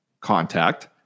contact